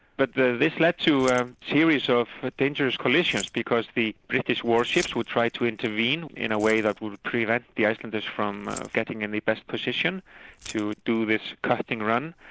but this led to a series of but dangerous collisions because the british warships would try to intervene in a way that would prevent the icelanders from getting in the best position to do this cutting run,